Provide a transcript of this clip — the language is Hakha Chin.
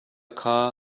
kha